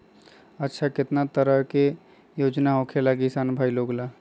अच्छा कितना तरह के योजना होखेला किसान भाई लोग ला?